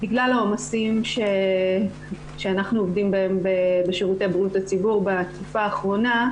בגלל העומסים שאנחנו עומדים בהם בשירותי בריאותה ציבור בתקופה האחרונה,